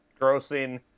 grossing